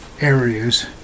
areas